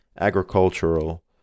agricultural